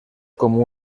como